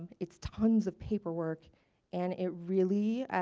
it's tons of paperwork and it really